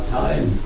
time